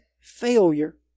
failure